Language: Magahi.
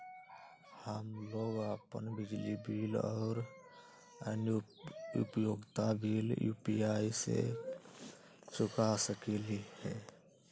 हम लोग अपन बिजली बिल और अन्य उपयोगिता बिल यू.पी.आई से चुका सकिली ह